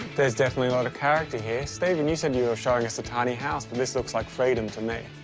there's definitely a lot of character here. stephen, you said you were showing us a tiny house, but this looks like freedom to me.